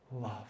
love